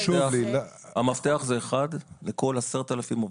המפתח הוא 1 לכל 10,000 עובדים.